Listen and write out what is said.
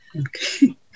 Okay